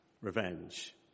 revenge